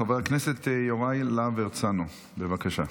חבר הכנסת יוראי להב הרצנו, בבקשה.